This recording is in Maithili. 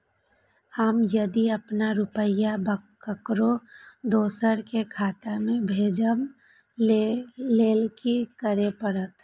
हम यदि अपन रुपया ककरो दोसर के खाता में भेजबाक लेल कि करै परत?